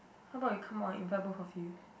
how about you come out invite both of you